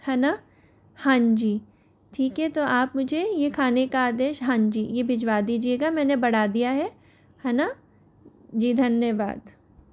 है न हान जी ठीक है तो आप मुझे यह खाने का आदेश हान जी यह भिजवा दीजिएगा मैंने बढ़ा दिया है है न जी धन्यवाद